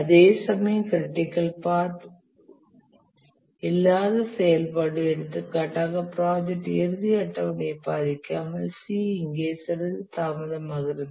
அதேசமயம் critical path இல் இல்லாத செயல்பாடு எடுத்துக்காட்டாக ப்ராஜெக்ட் இறுதி அட்டவணையை பாதிக்காமல் C இங்கே சிறிது தாமதமாகிறது